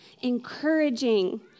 encouraging